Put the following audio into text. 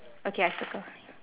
okay I circle